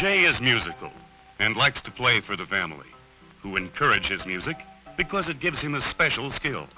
jay is musical and likes to play for the family who encourages music because it gives him a special skill